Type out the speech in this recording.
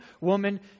woman